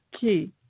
key